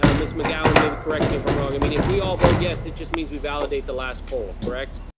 um miss mcgowan, maybe correct me if i'm wrong, i mean, if we all vote yes, it just means we validate the last poll, correct?